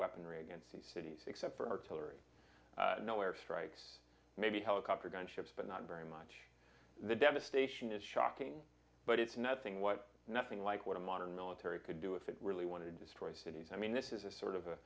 weaponry against the cities except for artillery no air strikes maybe helicopter gunships but not very much the devastation is shocking but it's nothing what nothing like what a modern military could do if it really want to destroy cities i mean this is a sort of a